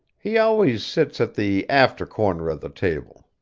he always sits at the after corner of the table,